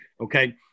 Okay